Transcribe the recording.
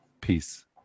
peace